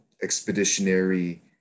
expeditionary